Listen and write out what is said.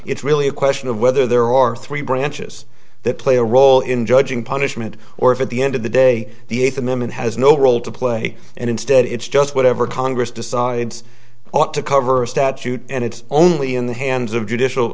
it's really a question of whether there are three branches that play a role in judging punishment or if at the end of the day the eighth amendment has no role to play and instead it's just whatever congress decides ought to cover statute and it's only in the hands of judicial